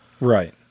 Right